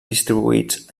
distribuïts